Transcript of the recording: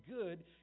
good